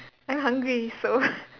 I hungry so